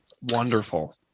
Wonderful